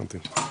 אוקי,